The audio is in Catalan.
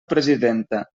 presidenta